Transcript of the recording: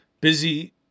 Busy